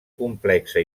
complexa